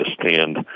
understand